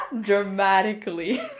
Dramatically